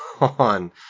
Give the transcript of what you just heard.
on